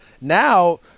Now